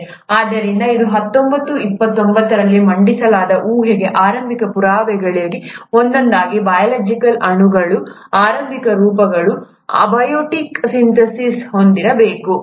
ಆದ್ದರಿಂದ ಇದು ಹತ್ತೊಂಬತ್ತು ಇಪ್ಪತ್ತೊಂಬತ್ತರಲ್ಲಿ ಮಂಡಿಸಲಾದ ಊಹೆಗೆ ಆರಂಭಿಕ ಪುರಾವೆಗಳಲ್ಲಿ ಒಂದಾಗಿದೆ ಬಯೋಲಾಜಿಕಲ್ ಅಣುಗಳ ಆರಂಭಿಕ ರೂಪಗಳು ಅಬಿಯೋಟಿಕ್ ಸಿಂಥೆಸಿಸ್ ಹೊಂದಿರಬೇಕು